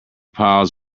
piles